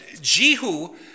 Jehu